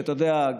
אתה יודע,